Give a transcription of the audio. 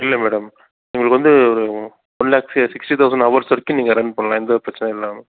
இல்லை மேடம் உங்களுக்கு வந்து ஒரு one lakhs sixty thousand hours வரைக்கும் நீங்கள் ரன் பண்ணலாம் எந்தவொரு பிரச்சனையும் இல்லாமல்